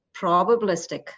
probabilistic